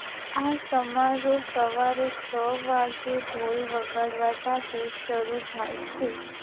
આ સમારોહ સવારે છ વાગ્યે ઢોલ વગાડવા સાથે શરૂ થાય છે